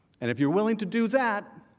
and if you're willing to do that,